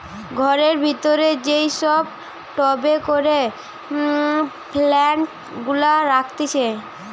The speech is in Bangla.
ঘরের ভিতরে যেই সব টবে করে প্লান্ট গুলা রাখতিছে